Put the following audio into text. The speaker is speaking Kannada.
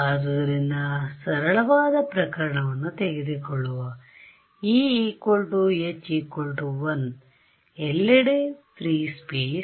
ಆದುದರಿಂದ ಸರಳವಾದ ಪ್ರಕರಣವನ್ನು ತೆಗೆದುಕೊಳ್ಳುವ e h 1 ಎಲ್ಲೆಡೆ ಪ್ರೀ ಸ್ಪೇಸ್